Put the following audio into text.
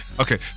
Okay